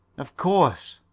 of course.